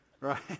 right